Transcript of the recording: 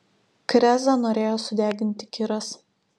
krezą norėjo sudeginti kiras